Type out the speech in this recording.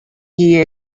hie